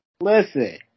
Listen